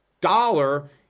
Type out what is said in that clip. dollar